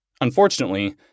Unfortunately